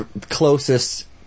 closest